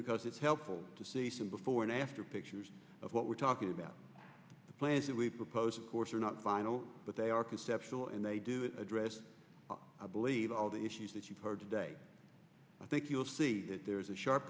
because it's helpful to see some before and after pictures of what we're talking about the plans that we proposed of course are not final but they are conceptual and they do address i believe all the issues that you've heard today i think you'll see that there is a sharp